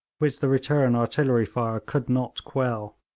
which the return artillery fire could not quell.